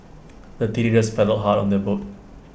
the teenagers paddled hard on their boat